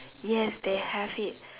yes they have it